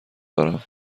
دارم